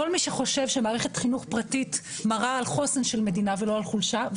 כל מי שחושב שמערכת חינוך פרטית מראה על חוסן של מדינה ולא על חולשה,